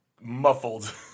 muffled